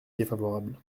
défavorable